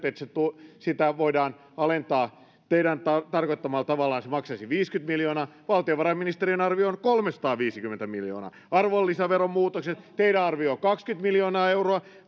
että sitä voidaan alentaa teidän tarkoittamallanne tavalla se maksaisi viisikymmentä miljoonaa valtiovarainministeriön arvio on kolmesataaviisikymmentä miljoonaa arvonlisäveron muutokset teidän arvio on kaksikymmentä miljoonaa euroa